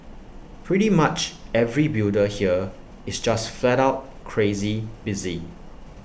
pretty much every builder here is just flat out crazy busy